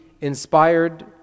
inspired